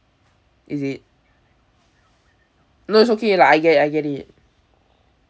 is it no it's okay lah I get it I get it